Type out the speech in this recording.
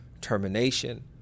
termination